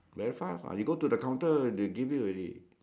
very fast lah you go to the counter they give you already